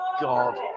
god